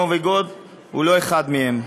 נובי גוד הוא לא אחד מהם.